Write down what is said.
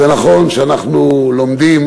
נכון שאנחנו לומדים